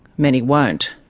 many won't.